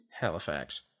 Halifax